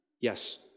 Yes